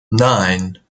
nine